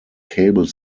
cable